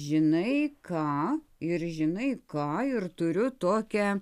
žinai ką ir žinai ką ir turiu tokią